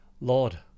Lord